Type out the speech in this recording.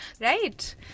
Right